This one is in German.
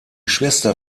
schwester